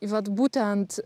vat būtent